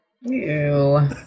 Ew